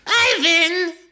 Ivan